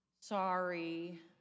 Sorry